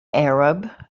arab